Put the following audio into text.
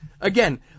again